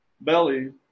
belly